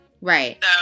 right